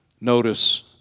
Notice